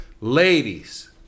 Ladies